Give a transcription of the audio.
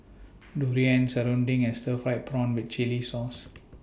Durian Serunding and Stir Fried Prawn with Chili Sauce